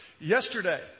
Yesterday